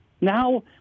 Now